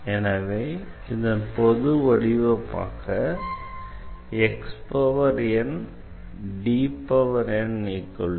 எனவே இதன் பொதுவான வடிவமாக என அடையலாம்